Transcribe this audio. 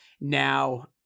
now